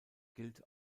gilt